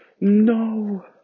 No